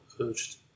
urged